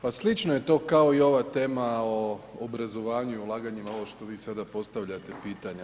Pa slično je to kao i ova tema o obrazovanju i ulaganjima ovo što vi sada postavljate pitanja.